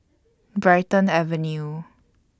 Brighton Avenue